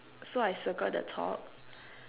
so I circle the top